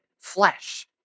flesh